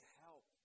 help